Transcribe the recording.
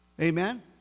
Amen